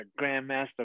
Grandmaster